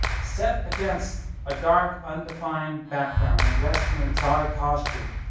set against a dark undefined background and dressed in an exotic costume,